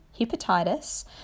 hepatitis